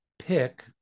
pick